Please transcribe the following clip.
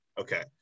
Okay